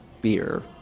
beer